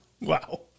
Wow